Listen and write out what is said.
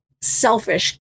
selfish